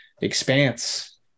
expanse